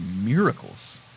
miracles